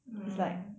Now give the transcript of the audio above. mm